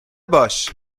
باش